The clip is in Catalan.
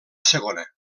segona